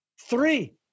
Three